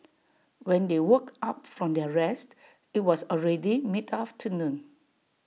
when they woke up from their rest IT was already mid afternoon